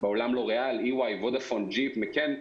בעולם בלוריאל, EY וודאפון, ג'יפ, מקאן.